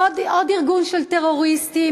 עוד ארגון של טרוריסטים,